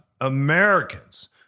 Americans